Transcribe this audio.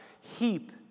heap